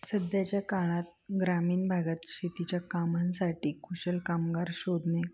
सध्याच्या काळात ग्रामीण भागात शेतीच्या कामांसाठी कुशल कामगार शोधणे